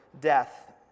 death